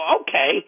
Okay